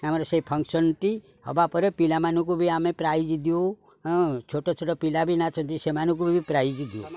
ଆମର ସେଇ ଫଙ୍କସନ୍ଟି ହେବା ପରେ ପିଲାମାନଙ୍କୁ ବି ଆମେ ପ୍ରାଇଜ୍ ଦେଉ ଛୋଟ ଛୋଟ ପିଲା ବି ନାଚନ୍ତି ସେମାନଙ୍କୁ ବି ପ୍ରାଇଜ୍ ଦିଅ